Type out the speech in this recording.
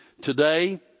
Today